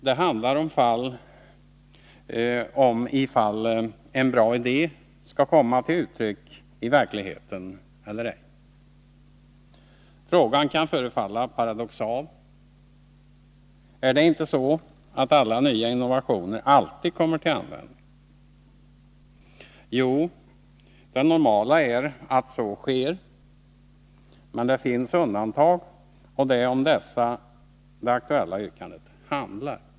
Det handlar om ifall en bra idé skall komma till uttryck i verkligheten eller ej. Frågan kan förefalla paradoxal. Är det inte så att innovationer alltid kommer till användning? Det normala är att så sker, men det finns undantag, och det är om dessa det aktuella yrkandet handlar.